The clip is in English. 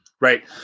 right